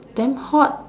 damn hot